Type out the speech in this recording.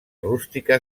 rústica